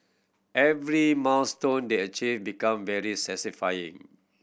every milestone they achieve become very satisfying